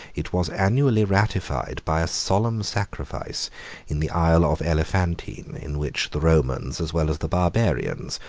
it was annually ratified by a solemn sacrifice in the isle of elephantine, in which the romans, as well as the barbarians,